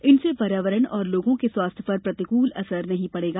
इनसे पर्यावरण और लोगों के स्वास्थ्य पर प्रतिकूल असर नहीं पड़ेगा